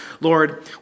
Lord